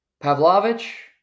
Pavlovich